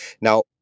Now